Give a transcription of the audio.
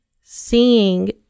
seeing